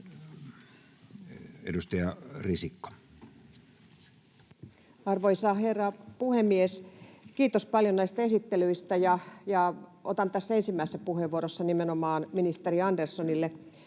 10:26 Content: Arvoisa herra puhemies! Kiitos paljon näistä esittelyistä. Otan tässä ensimmäisessä puheenvuorossa kysymyksen nimenomaan ministeri Anderssonille.